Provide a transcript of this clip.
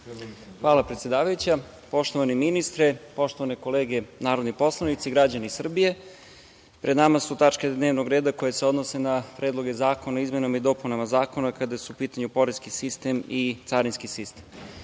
Hvala predsedavajuća. Poštovani ministre, poštovane kolege narodni poslanici, građani Srbije pred nama su tačke dnevnog reda koje se odnose na predloge zakona o izmenama i dopunama zakona kada su u pitanju poreski sistem i carinski sistem. Pre